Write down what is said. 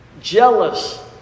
jealous